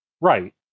Right